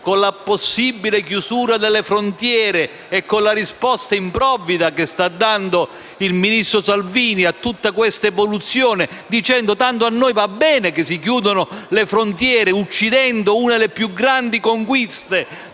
con la possibile chiusura delle frontiere e con la risposta improvvida che sta dando il ministro Salvini a tutte queste evoluzioni, dicendo che tanto a noi va bene che si chiudano le frontiere, uccidendo una delle più grandi conquiste